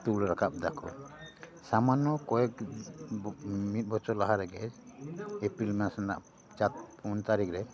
ᱛᱩᱞ ᱨᱟᱠᱟᱵ ᱫᱟᱠᱚ ᱥᱟᱢᱟᱱᱱᱚ ᱠᱚᱭᱮᱠ ᱢᱤᱫ ᱵᱚᱪᱷᱚᱨ ᱞᱟᱦᱟ ᱨᱮᱜᱮ ᱮᱯᱨᱤᱞ ᱢᱟᱥ ᱨᱮᱱᱟᱜ ᱯᱩᱱ ᱛᱟᱹᱨᱤᱠ ᱨᱮ